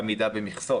עמידה במכסות.